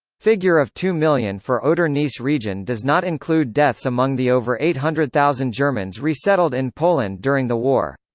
figure of two million for oder-neisse region does not include deaths among the over eight hundred thousand germans resettled in poland during the war.